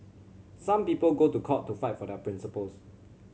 some people go to court to fight for their principles